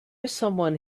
someone